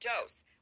dose